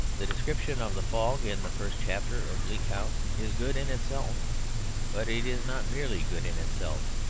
the description of the fog in the first chapter of bleak house is good in itself but it is not merely good in itself,